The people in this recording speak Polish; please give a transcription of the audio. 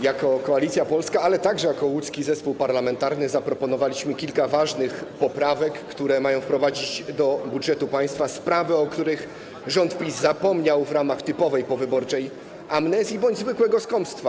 Jako Koalicja Polska, ale także jako Łódzki Zespół Parlamentarny zaproponowaliśmy kilka ważnych poprawek, które miały na celu wprowadzenie do budżetu państwa spraw, o których rząd PiS zapomniał w ramach typowej powyborczej amnezji bądź zwykłego skąpstwa.